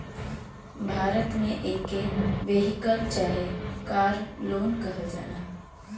भारत मे एके वेहिकल चाहे कार लोन कहल जाला